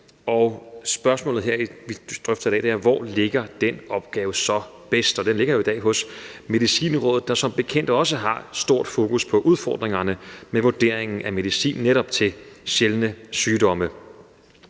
og spørgsmålet, vi drøfter her i dag, er: Hvor ligger den opgave bedst? Den ligger jo i dag hos Medicinrådet, der som bekendt også har stort fokus på udfordringerne med vurderingen af medicin netop til behandling af sjældne sygdomme.